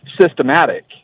systematic